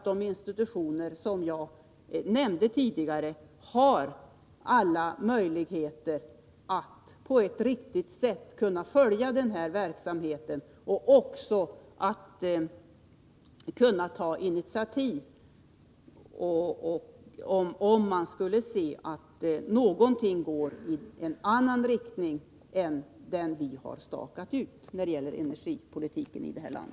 De institutioner som jag nämnde förut har alla möjligheter att på ett riktigt sätt följa denna verksamhet och även ta initiativ, om man skulle se att någonting går i annan riktning än den som vi har stakat ut när det gäller industripolitiken i detta land.